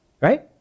right